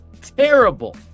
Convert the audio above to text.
terrible